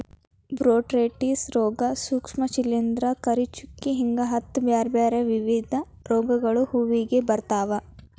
botrytis ರೋಗ, ಸೂಕ್ಷ್ಮ ಶಿಲಿಂದ್ರ, ಕರಿಚುಕ್ಕಿ ಹಿಂಗ ಹತ್ತ್ ಬ್ಯಾರ್ಬ್ಯಾರೇ ವಿಧದ ರೋಗಗಳು ಹೂವಿಗೆ ಬರ್ತಾವ